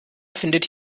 findet